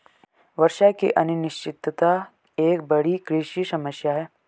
वर्षा की अनिश्चितता एक बड़ी कृषि समस्या है